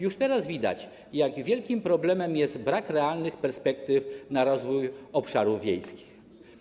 Już teraz widać, jak wielkim problemem jest brak realnych perspektyw rozwoju obszarów wiejskich.